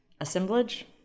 Assemblage